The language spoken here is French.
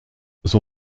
son